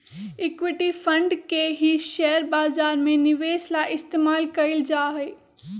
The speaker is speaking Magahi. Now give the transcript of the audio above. इक्विटी फंड के ही शेयर बाजार में निवेश ला इस्तेमाल कइल जाहई